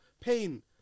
pain